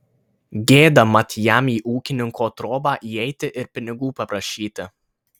gėda mat jam į ūkininko trobą įeiti ir pinigų paprašyti